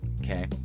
Okay